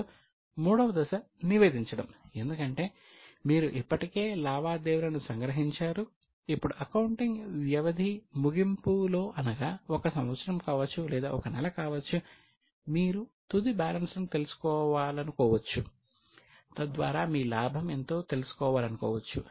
ఇప్పుడు మూడవ దశ నివేదించడం ఎందుకంటే మీరు ఇప్పటికే లావాదేవీలను సంగ్రహించారు ఇప్పుడు అకౌంటింగ్ వ్యవధి ముగింపులో అనగా 1 సంవత్సరం కావచ్చు లేదా ఒక నెల కావచ్చు మీరు తుది బ్యాలెన్స్లను తెలుసుకోవాలనుకోవచ్చు తద్వారా మీ లాభం ఎంతో తెలుసుకోవాలనుకోవచ్చు